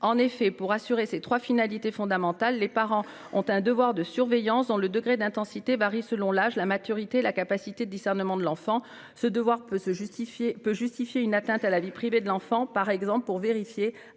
En effet, pour assurer ces trois finalités fondamentales, les parents ont un devoir de surveillance dont le degré d'intensité varie selon l'âge, la maturité et la capacité de discernement de l'enfant. Ce devoir peut justifier une atteinte à la vie privée de l'enfant, par exemple pour vérifier